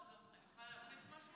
אפשר להוסיף משהו?